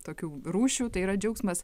tokių rūšių tai yra džiaugsmas